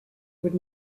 would